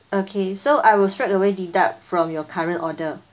okay so I will straight away deduct from your current order